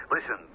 Listen